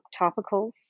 topicals